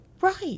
Right